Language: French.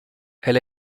elle